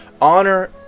Honor